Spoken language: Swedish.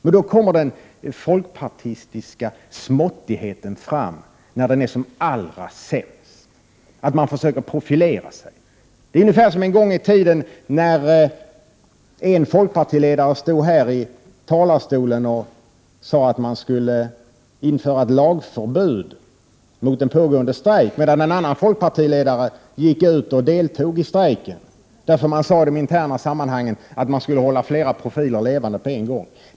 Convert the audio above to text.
Men då kommer den folkpartistiska småttigheten fram när den är som allra sämst: man försöker profilera sig. Det är ungefär som en gång i tiden när en folkpartiledare stod häri talarstolen och sade att man skulle införa ett lagförbud mot en pågående strejk, medan en annan folkpartiledare gick ut och deltog i strejken, därför att man i interna sammanhang sade att man skulle hålla flera profiler levande på en gång.